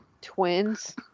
Twins